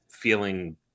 Feeling